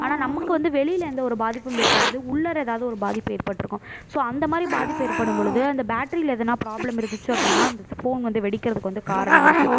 ஆனால் நமக்கு வந்து வெளியில் எந்த ஒரு பாதிப்பும் ஏற்படாது உள்ளார எதாவது ஒரு பாதிப்பு ஏற்பட்டிருக்கும் ஸோ அந்த மாதிரி பாதிப்பு ஏற்படும்பொழுது அந்த பேட்ரியில் எதனால் ப்ராப்ளம் இருந்துச்சு அப்படினா அந்த ஃபோன் வந்து வெடிக்கிறதுக்கு வந்து காரணம் இருக்குது